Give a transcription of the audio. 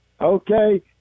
Okay